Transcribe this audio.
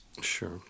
Sure